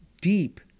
deep